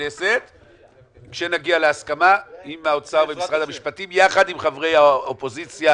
הכנסת כשנגיע להסכמה עם האוצר ועם משרד המשפטים יחד עם חברי האופוזיציה,